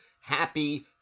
Happy